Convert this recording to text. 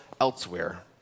elsewhere